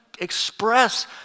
express